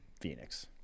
Phoenix